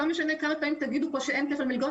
לא משנה כמה פעמים תגידו פה שאין כפל מלגות,